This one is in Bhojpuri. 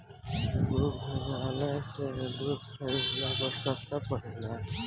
दुग्धालय से दूध खरीदला पर सस्ता पड़ेला?